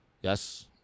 Yes